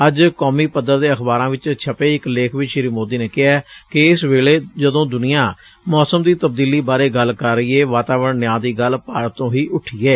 ਅੱਜ ਕੌੱਮੀ ਪੱਧਰ ਦੇ ਅਖਬਾਰਾਂ ਵਿਚ ਛਪੇ ਇਕ ਲੇਖ ਵਿਚ ਸ੍ੀ ਮੋਦੀ ਨੇ ਕਿਹੈ ਕਿ ਇਸ ਵੇਲੇ ਜਦੋਂ ਦੁਨੀਆਂ ਮੌਸਮ ਦੀ ਤਬਦੀਲੀ ਬਾਰੇ ਗੱਲ ਕਰ ਰਹੀ ਏ ਵਾਤਾਵਰਣ ਨਿਆਂ ਦੀ ਗੱਲ ਭਾਰਤ ਤੋਂ ਹੀ ਉਠੀ ਏ